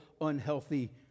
unhealthy